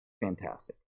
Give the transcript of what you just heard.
fantastic